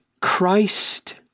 Christ